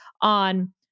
on